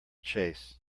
chase